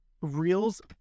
reels